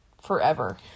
forever